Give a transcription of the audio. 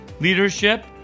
leadership